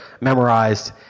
memorized